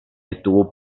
detuvo